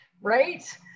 Right